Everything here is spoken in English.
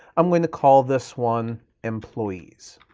i'm gonna call this one employees.